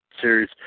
series